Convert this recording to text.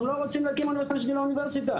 לא רוצים להקים אוניברסיטה בשביל אוניברסיטה,